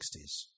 1960s